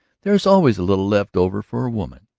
there's always a little left over for a woman,